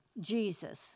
Jesus